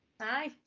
Hi